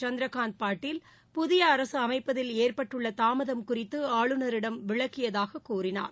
சுந்திரகாந்த் பாட்டீல் புதிய அரசு அமைப்பதில் ஏற்பட்டுள்ள தாமதம் குறித்து ஆளுநரிடம் விளக்கியதாக கூறினார்